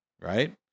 Right